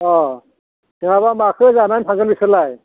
अह नङाबा माखौ जानानै थागोन बिसोरलाय